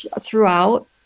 throughout